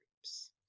groups